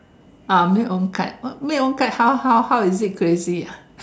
ah make own kite make make own kite how how how is it crazy ah